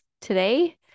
today